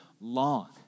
long